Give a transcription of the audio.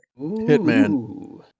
Hitman